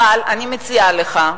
אבל אני מציעה לך,